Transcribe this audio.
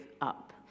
up